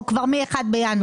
או כבר מ-1 בינואר?